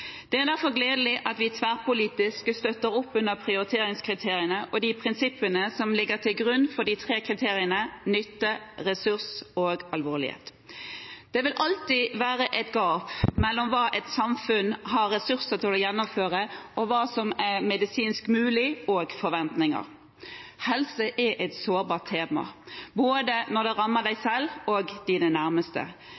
Det er derfor gledelig at vi tverrpolitisk støtter opp under prioriteringskriteriene og de prinsippene som ligger til grunn for de tre kriteriene nytte, ressurs og alvorlighet. Det vil alltid være et gap mellom hva et samfunn har ressurser til å gjennomføre, og hva som er medisinsk mulig, og forventninger. Helse er et sårbart tema både når det rammer